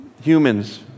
Humans